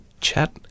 chat